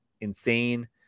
insane